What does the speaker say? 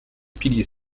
piliers